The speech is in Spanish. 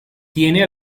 tiene